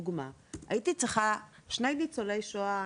הייתי צריכה --- שני ניצולי שואה,